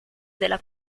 della